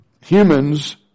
humans